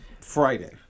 Friday